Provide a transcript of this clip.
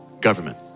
government